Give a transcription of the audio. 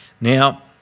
Now